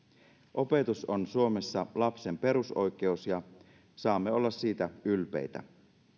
opetus on suomessa lapsen perusoikeus ja saamme olla siitä ylpeitä